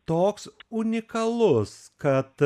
toks unikalus kad